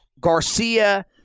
Garcia